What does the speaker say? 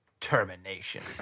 Termination